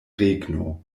regno